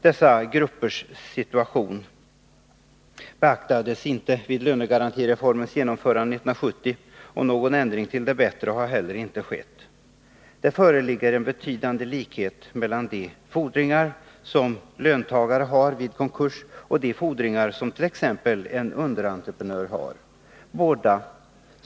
Dessa gruppers situation beaktades inte vid lönegarantireformens genomförande 1970, och någon ändring till det bättre har heller inte skett. Det föreligger en betydande likhet mellan de fordringar som löntagare har vid en konkurs och de fordringar som t.ex. en underentreprenör har.